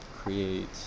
Create